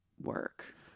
Work